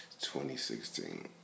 2016